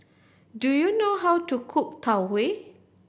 do you know how to cook Tau Huay